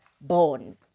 born